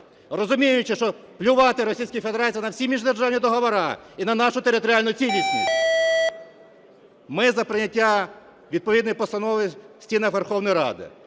розуміючи, що плювати Російській Федерації на всі міждержавні договори і на нашу територіальну цілісність. Ми – за прийняття відповідної постанови в стінах Верховної Ради,